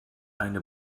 eine